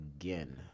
again